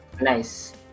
nice